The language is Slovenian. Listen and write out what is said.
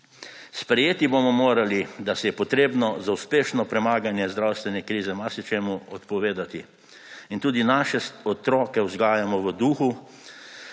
Sprejeti bomo morali, da se je potrebno za uspešno premaganje zdravstvene krize marsičemu odpovedati. Tudi svoje otroke vzgajamo v duhu,